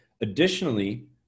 additionally